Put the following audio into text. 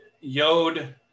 yod